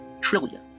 Trillion